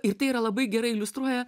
ir tai yra labai gerai iliustruoja